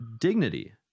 dignity